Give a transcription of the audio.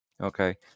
Okay